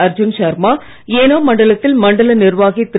அர்ஜுன் சர்மா ஏனாம் மண்டலத்தில் மண்டல நிர்வாகி திரு